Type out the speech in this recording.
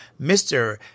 Mr